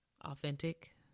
Authentic